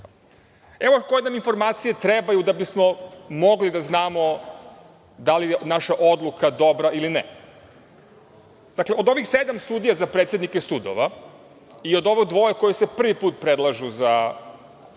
Evo koje nam informacije trebaju da bismo mogli da znamo da li je naša odluka dobra ili ne. Dakle, od ovih sedam sudija za predsednike sudova i od ovo dvoje koji se prvi put predlažu za